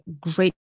great